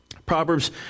Proverbs